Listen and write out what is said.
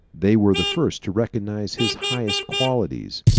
they were the first to recognize his highest qualities,